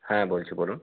হ্যাঁ বলছি বলুন